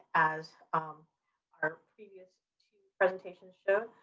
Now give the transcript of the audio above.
as our previous two presentations show,